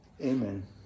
Amen